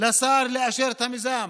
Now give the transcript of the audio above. לשר לאשר את המיזם.